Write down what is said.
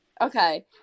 Okay